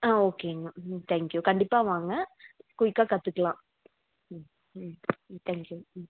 ஆ ஓகேங்மா ம் தேங்க்யூ கண்டிப்பாக வாங்க குயிக்காக கற்றுக்கலாம் ம் ம் ம் தேங்க்யூ ம்